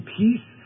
peace